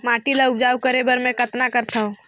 माटी ल उपजाऊ करे बर मै कतना करथव?